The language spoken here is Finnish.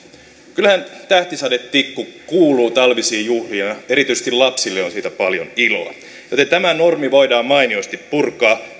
kyllähän tähtisadetikku kuuluu talvisiin juhliin ja ja erityisesti lapsille on siitä paljon iloa joten tämä normi voidaan mainiosti purkaa